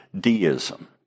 deism